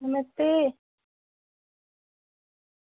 नमस्ते